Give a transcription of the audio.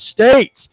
States